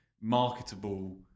marketable